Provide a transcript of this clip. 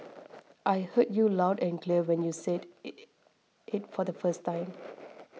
I heard you loud and clear when you said if for the first time